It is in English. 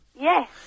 Yes